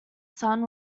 sun